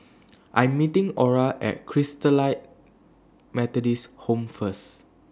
I Am meeting Orah At Christalite Methodist Home First